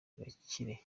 gakire